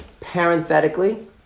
Parenthetically